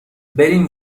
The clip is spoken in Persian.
بریم